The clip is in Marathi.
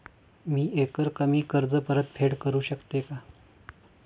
मी एकरकमी कर्ज परतफेड करू शकते का?